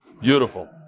Beautiful